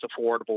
affordable